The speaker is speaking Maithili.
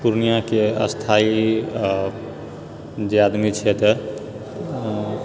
पूर्णियाके स्थायी जे आदमी छै एतऽ